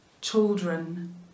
children